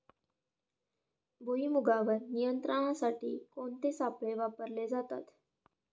भुईमुगावर नियंत्रणासाठी कोणते सापळे वापरले जातात?